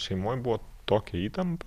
šeimoj buvo tokia įtampa